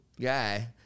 guy